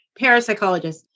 parapsychologist